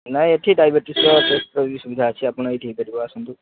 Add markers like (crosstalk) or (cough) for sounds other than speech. ନାଇଁ ଏଠି ଡାଇବେଟିସ୍ର (unintelligible) ସୁବିଧା ଅଛି ଆପଣ ଏଇଠି ହୋଇପାରିବ ଆସନ୍ତୁ